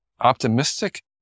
optimistic